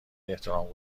احترام